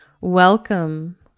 welcome